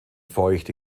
feuchte